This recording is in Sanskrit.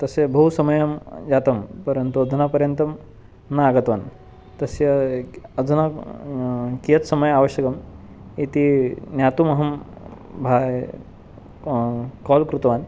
तस्य बहु समयं जातं परन्तु अधुनापर्यन्तं न आगतवान् तस्य कः अधुना कियत् समयः आवश्यकः इति ज्ञातुम् अहं काल् कृतवान्